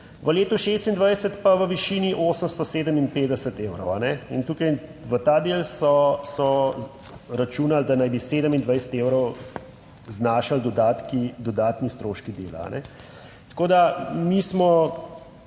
v letu 2026 pa v višini 857 evrov in tukaj, v ta del, so računali, da naj bi 27 evrov znašali dodatki, dodatni stroški dela. Tako, da mi smo,